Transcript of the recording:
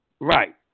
Right